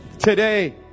today